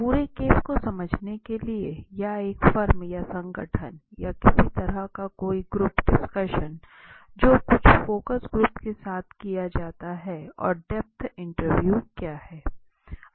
पूरे केस को समझने के लिए या एक फर्म या संगठन या इसी तरह का कोई ग्रुप डिस्कशन जो कुछ फोकस ग्रुप के साथ की जाती है और डेप्थ इंटरव्यू क्या है